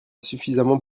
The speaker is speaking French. suffisamment